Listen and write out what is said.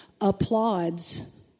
applauds